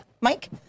Mike